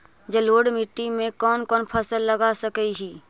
जलोढ़ मिट्टी में कौन कौन फसल लगा सक हिय?